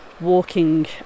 walking